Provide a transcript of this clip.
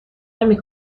نمی